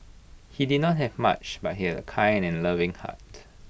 he did not have much but he had A kind and loving heart